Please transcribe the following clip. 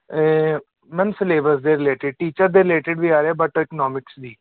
ma'am syllabus ਦੇ related teacher ਦੇ related ਵੀ ਆ ਰਿਹਾ ਬਟ ਇਕਨੋਮਿਕਸ ਦੀ